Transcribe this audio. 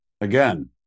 again